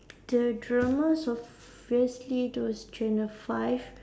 the dramas obviously is channel five